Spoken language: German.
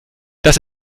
das